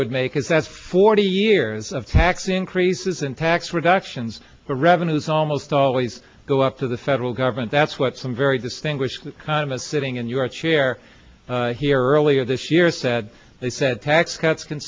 would make is that forty years of tax increases in tax reductions revenues almost always go up to the federal government that's what some very distinguished economist sitting in your chair here earlier this year said they said tax cuts can